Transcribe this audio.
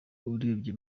urebye